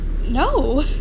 no